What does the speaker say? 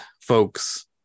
folks